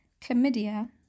chlamydia